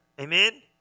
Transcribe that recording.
Amen